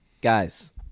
guys